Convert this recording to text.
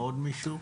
עוד מישהו?